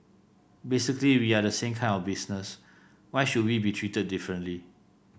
basically we are the same kind of business why should we be treated differently